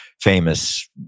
famous